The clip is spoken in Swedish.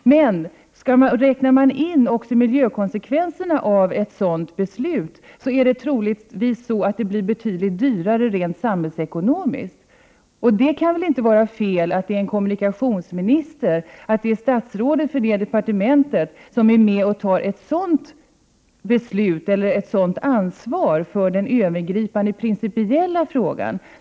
Men om man räknar in miljökonsekvenserna av ett sådant beslut blir det troligtvis betydligt dyrare rent samhällsekonomiskt. Det kan väl inte vara fel att kommunikationsministern är med och fattar ett sådant beslut och tar ansvar för den övergripande principiella frågan.